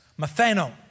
Methano